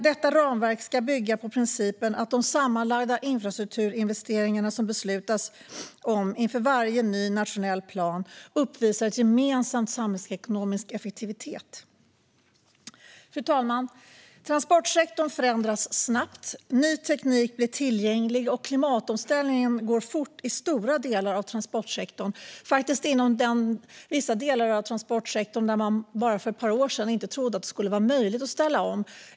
Detta ramverk ska bygga på principen att de sammanlagda infrastrukturinvesteringarna som beslutas om inför varje ny nationell plan uppvisar en samhällsekonomisk effektivitet. Fru talman! Transportsektorn förändras snabbt. Ny teknik blir tillgänglig, och klimatomställningen går fort i stora delar av transportsektorn, i vissa delar av transportsektorn där man för bara ett par år sedan inte trodde att det skulle vara möjligt att ställa om.